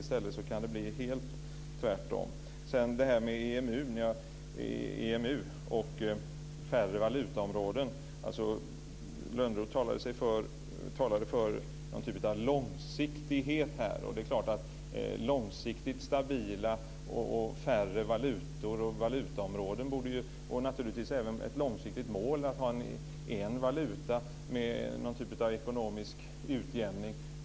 I stället kan det bli helt tvärtom. När det gäller EMU och färre valutaområden talade Lönnroth för långsiktighet. Ja, varför då inte ha som mål långsiktigt stabila färre valutor och valutaområden, och naturligtvis även ett långsiktigt mål att ha en valuta med någon typ av ekonomisk utjämning?